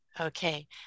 okay